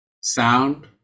Sound